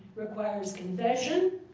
requires confession,